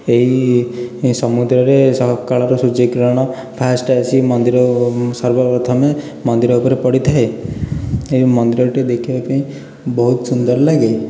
ଏହି ସମୁଦ୍ରରେ ସକାଳର ସୂର୍ଯ୍ୟ କିରଣ ଫାଷ୍ଟ ଆସିକି ମନ୍ଦିର ସର୍ବ ପ୍ରଥମେ ମନ୍ଦିର ଉପରେ ପଡିଥାଏ ଏହି ମନ୍ଦିରଟି ଦେଖିବା ପାଇଁ ବହୁତ ସୁନ୍ଦର ଲାଗେ